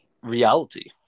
Reality